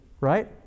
right